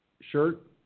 shirt